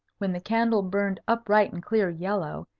when the candle burned upright and clear yellow,